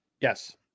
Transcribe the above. Yes